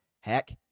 Heck